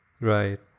Right